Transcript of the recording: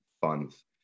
funds